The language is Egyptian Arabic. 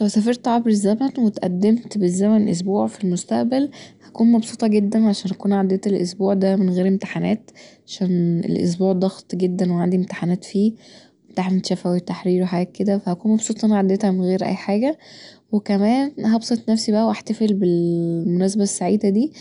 لو سافرت عبر الزمن واتقدمت بالزمن اسبوع في المستقبل هكون مبسوطه كدا عشان هكون عديت الاسبوع دا من غير امتحانات عشان الأسبوع ضغط جدا وعندي امتحانات فيه امتحانات شفوي وتحريري وحاجات كدا فهكون مبسوطه ان انا عديتها من غير اي حاجة وكمرن هبسط نفسي بقي واحتفل بالمناسبه السعيده دي